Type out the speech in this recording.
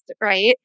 right